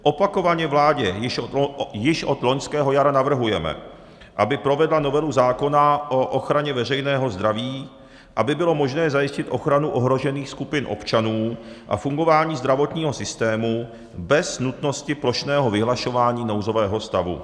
Opakovaně vládě již od loňského jara navrhujeme, aby provedla novelu zákona o ochraně veřejného zdraví, aby bylo možné zajistit ochranu ohrožených skupin občanů a fungování zdravotního systému bez nutnosti plošného vyhlašování nouzového stavu.